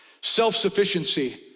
Self-sufficiency